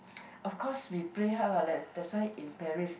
of course we pray hard lah like that's why in Paris